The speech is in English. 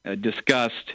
discussed